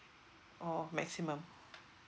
orh maximum